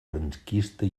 franquista